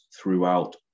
throughout